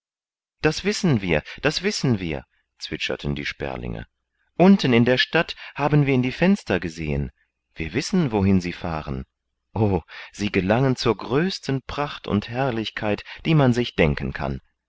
das wissen wir das wissen wir zwitscherten die sperlinge unten in der stadt haben wir in die fenster gesehen wir wissen wohin sie fahren o sie gelangen zur größten pracht und herrlichkeit die man sich denken kann